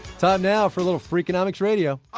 time now for a little freakonomics radio.